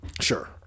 Sure